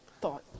thought